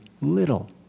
little